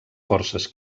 forces